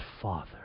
Father